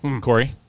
Corey